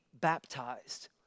baptized